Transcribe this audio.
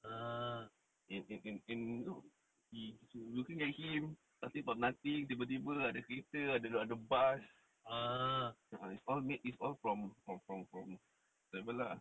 uh and and and he you know he looking at him starting from nothing tiba-tiba ada kereta ada ada bus uh uh is all made is all from from from from travel lah